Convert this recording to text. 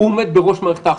הוא עומד בראש מערכת האכיפה.